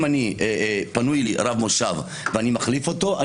אם פנוי לי רב מושב ואני מחליף אותו,